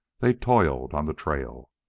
they toiled on the trail.